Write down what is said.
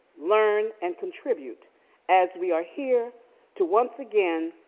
learn and contribute as we are here to once again